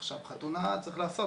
ועכשיו חתונה צריך לעשות.